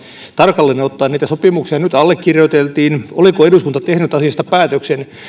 tarkalleen ottaen niitä sopimuksia nyt allekirjoiteltiin oliko eduskunta tehnyt asiasta päätöksen